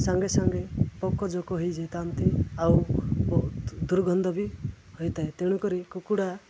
ସାଙ୍ଗେ ସାଙ୍ଗେ ପୋକଜୋକ ହେଇଯାଇଥାନ୍ତି ଆଉ ବହୁତ ଦୁର୍ଗନ୍ଧ ବି ହୋଇଥାଏ ତେଣୁକରି କୁକୁଡ଼ା